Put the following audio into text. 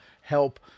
help